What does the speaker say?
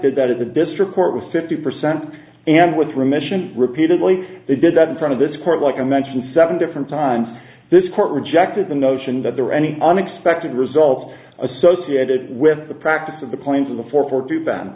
did that in the district court with fifty percent and with remission repeatedly they did that in front of this court like i mentioned seven different times this court rejected the notion that there were any unexpected results associated with the practice of the points of the fo